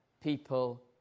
people